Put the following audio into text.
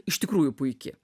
iš tikrųjų puiki